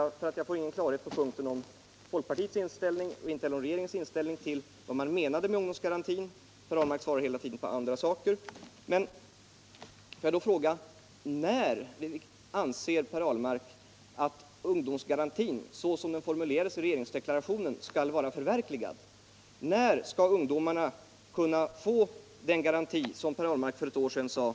Eftersom jag inte fått någon klarhet angående folkpartiets inställning och regeringens inställning till vad man menade med talet om ungdomsgarantin — Per Ahlmark har hela tiden svarat på andra saker — får jag fråga: När anser Per Ahlmark att ungdomsgarantin, så som den formulerades i regeringsdeklarationen, skall vara förverkligad? När skall ungdomarna kunna få den garanti som Per Ahlmark för ett år sedan utlovade?